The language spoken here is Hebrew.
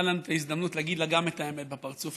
לנו את ההזדמנות להגיד לה את האמת בפרצוף,